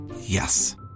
Yes